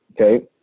Okay